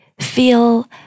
feel